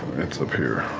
it's up here.